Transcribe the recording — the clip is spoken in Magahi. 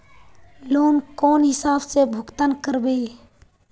लोन कौन हिसाब से भुगतान करबे?